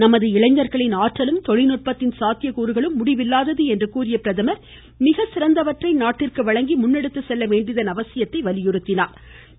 நமது இளைஞர்களின் ஆற்றலும் தொழில்நுட்பத்தின் சாத்தியக்கூறுகளும் முடிவில்லாதது என்று கூறிய பிரதமர் மிகச்சிறந்தவற்றை நாட்டிற்கு வழங்கி முன்னெடுத்து செல்ல வேண்டியதன் அவசியத்தை வலியுறுத்தினா்